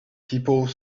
people